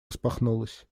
распахнулась